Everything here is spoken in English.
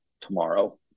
tomorrow